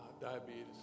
Diabetes